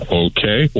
okay